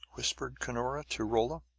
whispered cunora to rolla.